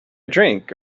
drink